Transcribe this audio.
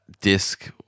disc